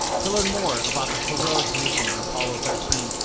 to learn more about the heroic mission on apollo thirteen,